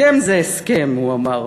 הסכם זה הסכם, הוא אמר,